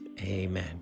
Amen